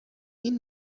این